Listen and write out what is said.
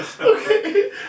Okay